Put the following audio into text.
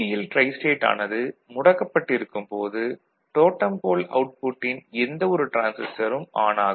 tristate ஆனது முடக்கப்பட்டிருக்கும்போது totem pole அவுட்புட்டின் எந்த ஒரு டிரான்சிஸ்டரும் ஆன் ஆகாது